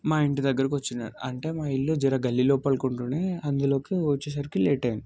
మా ఇంటి దగ్గరికి వచ్చిన్నాడు అంటే మా ఇల్లు జర గల్లీలోపలకి ఉంటుండే అందులోకి వచ్చేసరికి లేట్ అయ్యింది